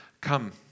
Come